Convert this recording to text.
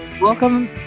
Welcome